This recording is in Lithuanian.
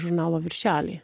žurnalo viršelį